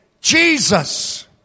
Jesus